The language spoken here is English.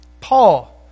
Paul